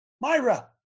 Myra